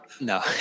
No